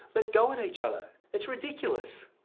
let's go with each other. it's ridiculous.